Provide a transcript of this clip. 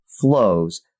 flows